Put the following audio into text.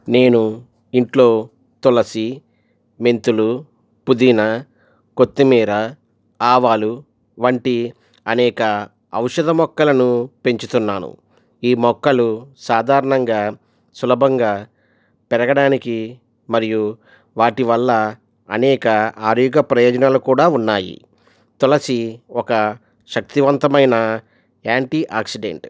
నేను ఇంట్లో తులసి మెంతులు పుదీనా కొత్తిమీర ఆవాలు వంటి అనేక ఔషధ మొక్కలను పెంచుతున్నాను ఈ మొక్కలు సాధారణంగా సులభంగా పెరగడానికి మరియు వాటి వల్ల అనేక ఆరోగ్య ప్రయోజనాలు కూడా ఉన్నాయి తులసి ఒక శక్తివంతమైన యాంటీఆక్సిడెంట్